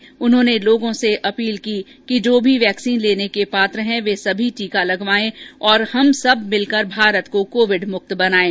श्री मोदी ने लोगों से अपील की कि जो भी वैक्सीन लेने के पात्र हैं वे सभी टीका लगवाये और हम सब मिलकर भारत को कोविड मुक्त बनायें